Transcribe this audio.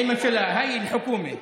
אין ממשלה, אין אל-חוכומה.